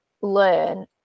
learn